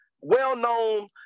well-known